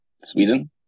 Sweden